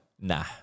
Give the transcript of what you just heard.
Nah